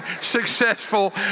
successful